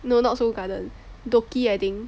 no not Seoul Garden Dookki I think